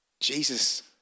Jesus